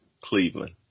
Cleveland